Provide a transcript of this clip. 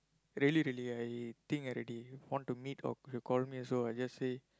really really I think already want to meet or she call me also I just say